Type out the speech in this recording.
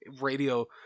radio